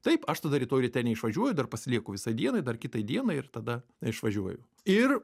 taip aš tada rytoj ryte neišvažiuoju dar pasilieku visai dienai dar kitai dienai ir tada išvažiuoju ir